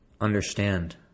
understand